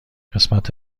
قسمت